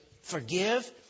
forgive